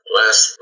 last